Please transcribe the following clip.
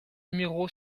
numéro